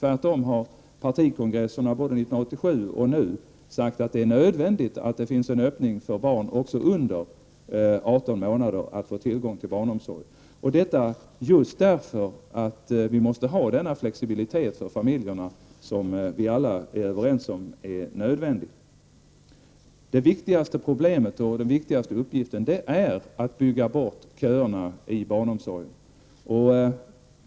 Tvärtom har partikongresserna både år 1987 och i år sagt att det är nödvändigt att det finns en öppning också för barn under 18 månaders ålder just därför att det måste finnas den flexibilitet för familjerna som vi alla är överens om är nödvändig. Den viktigaste uppgiften är att bygga bort köerna inom barnomsorgen.